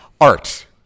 Art